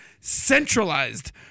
centralized